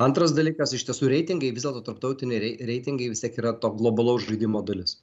antras dalykas iš tiesų reitingai vis dėlto tarptautiniai reitingai vis tiek yra to globalaus žaidimo dalis